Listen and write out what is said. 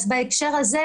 אז בהקשר הזה,